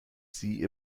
sie